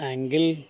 Angle